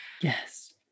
Yes